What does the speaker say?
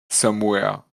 somewhere